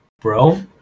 bro